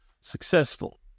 successful